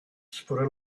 for